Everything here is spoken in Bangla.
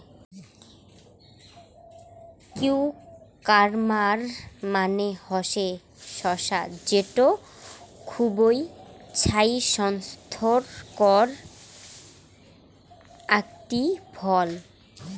কিউকাম্বার মানে হসে শসা যেটো খুবই ছাইস্থকর আকটি ফল